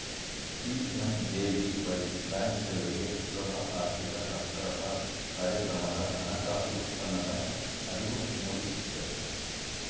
PMJDY ಬ್ಯಾಂಕ್ಸೇವೆಗೆ ಸುಲಭ ಆರ್ಥಿಕ ಸಾಕ್ಷರತಾ ಕಾರ್ಯಕ್ರಮದ ಹಣಕಾಸು ಉತ್ಪನ್ನದ ಅರಿವು ಮೂಡಿಸುತ್ತೆ